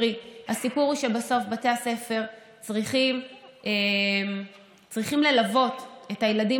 הסיפור הוא שבסוף בתי הספר צריכים ללוות את הילדים